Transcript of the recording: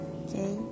okay